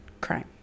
Crime